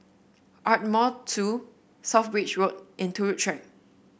Ardmore Two South Bridge Road and Turut Track